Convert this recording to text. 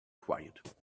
quiet